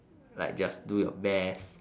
like just do your best